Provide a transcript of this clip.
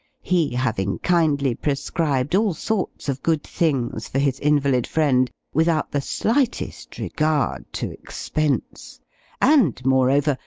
he having kindly prescribed all sorts of good things for his invalid friend, without the slightest regard to expense and, moreover,